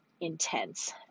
intense